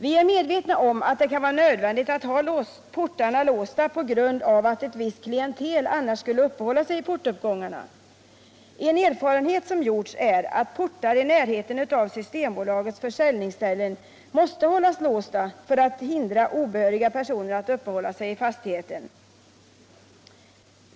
Vi är medvetna om att det kan vara nödvändigt att ha portarna låsta på grund av att ett visst klientel annars skulle uppehålla sig i portuppgångarna. En erfarenhet som gjorts är att portar i närheten av Systembolagets försäljningsställen måste hållas låsta för att hindra obehöriga personer att uppehålla sig i fastigheten.